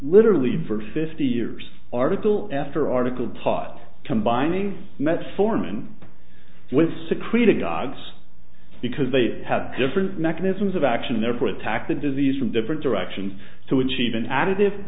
literally for fifty years article after article taught combining metformin with secreted gods because they have different mechanisms of action therefore attack the disease from different directions to achieve an additive